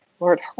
Lord